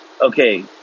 okay